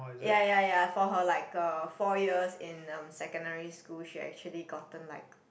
ya ya ya for her like a four years in um secondary school she actually gotten like